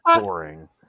boring